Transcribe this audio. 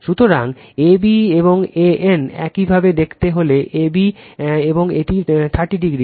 সুতরাং ab এবং an একইভাবে দেখতে হলে ab এবং একটি 30 ডিগ্রি